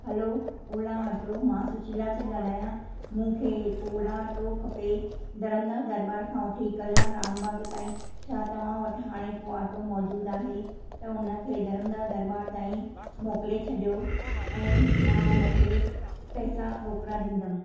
हलो Ola auto मां सुशीला थी ॻाल्हायां मूंखे हिकु ओला ऑटो खपे धर्मदास दरबार खां वठी कल्याण राम बाग ताईं छा तव्हां वटि हाणे को ऑटो मौजूदु आहे त हुन खे धर्मदास दरबार ताईं मोकिले छॾियो ऐं मां उन खे पैसा रोकड़ा ॾींदमि